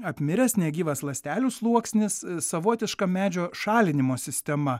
apmiręs negyvas ląstelių sluoksnis savotiška medžio šalinimo sistema